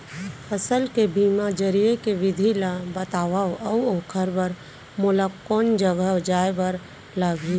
फसल के बीमा जरिए के विधि ला बतावव अऊ ओखर बर मोला कोन जगह जाए बर लागही?